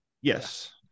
Yes